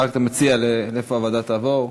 מה אתה מציע, לאן ההצעה תעבור?